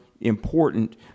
important